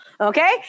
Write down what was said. okay